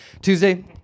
Tuesday